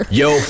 yo